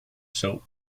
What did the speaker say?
soap